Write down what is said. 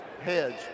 heads